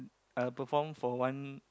uh perform for one